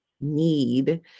need